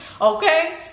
Okay